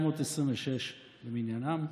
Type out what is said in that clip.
1926 למניינם,